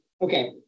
okay